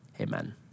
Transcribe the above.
Amen